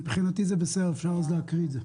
מבחינתי זה בסדר, אפשר להקריא את זה.